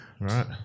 Right